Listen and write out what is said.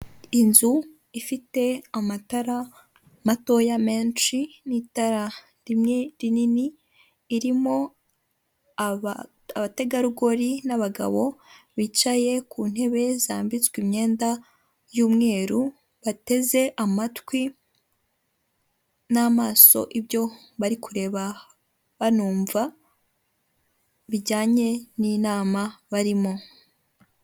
Inzu ifite amatara matoya menshi n'itara rimwe rinini, irimo abategarugori n'abagabo bicaye ku ntebe zambitswe imyenda y'umweru, bateze amatwi n'amaso ibyo bari kureba banumva bijyanye n'inama barimo.